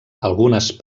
algunes